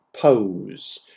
pose